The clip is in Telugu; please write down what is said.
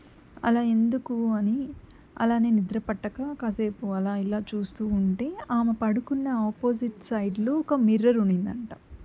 అలా ఎందుకు అని అలానే నిద్ర పట్టక కాసేపు అలా ఇలా చూస్తూ ఉంటే ఆమె పడుకున్న ఆపోజిట్ సైడ్లో ఒక మిర్రర్ ఉన్నిందంట